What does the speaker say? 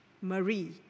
Marie